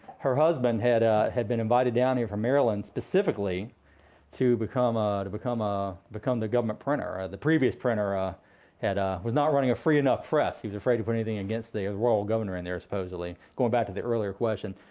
her husband had ah had been invited down here from maryland specifically to become ah to become ah the government printer. ah the previous printer ah ah was not running a free-enough press. he was afraid to put anything against the royal governor in there supposedly, going back to the earlier question.